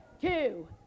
two